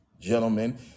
gentlemen